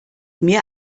mehr